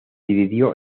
dividió